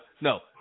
no